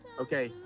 Okay